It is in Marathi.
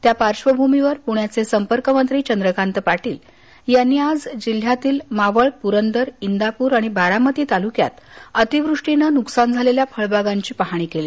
त्या पार्श्वभूमीवर प्रण्याचे संपर्क मंत्री चंद्रकांत पाटील यांनी आज जिल्ह्यातील मावळ पुरंदर इंदापूर आणि बारामती तालुक्यात अतिवृष्टीने नुकसान झालेल्या फळबागांची पाहणी केली